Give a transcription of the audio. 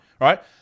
Right